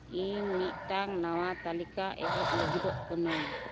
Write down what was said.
ᱤᱧ ᱢᱤᱫᱴᱟᱝ ᱱᱟᱣᱟ ᱛᱟᱞᱤᱠᱟ ᱮᱦᱚᱵ ᱞᱟ ᱜᱤᱫᱚᱜ ᱠᱟᱹᱱᱟᱹᱧ